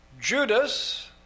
Judas